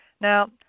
now